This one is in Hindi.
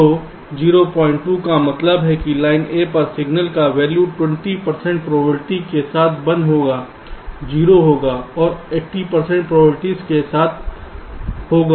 तो 02 का मतलब है कि लाइन A पर सिग्नल का वैल्यू 20 प्रतिशत प्रोबेबिलिटी के साथ 1 होगा 0 होगा और 80 प्रतिशत प्रोबेबिलिटी के साथ होगा